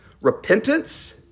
Repentance